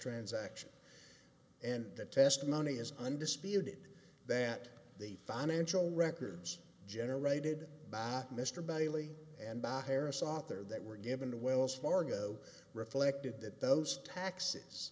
transaction and the testimony is undisputed that the financial records generated by mr bailey and bob harris author that were given to wells fargo reflected that those taxes